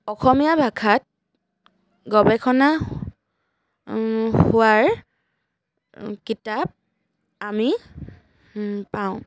অসমীয়া ভাখাত গৱেষণা হোৱাৰ কিতাপ আমি পাওঁ